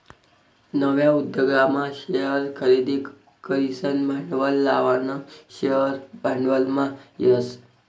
नवा उद्योगमा शेअर खरेदी करीसन भांडवल लावानं शेअर भांडवलमा येस